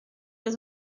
his